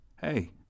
hey